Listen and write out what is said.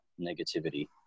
negativity